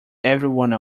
everyone